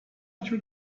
what